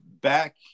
back